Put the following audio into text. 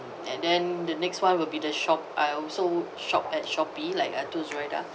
and then the next one will be the shop I also shop at shopee like I told zuraidah